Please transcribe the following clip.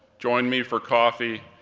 joined me for coffee,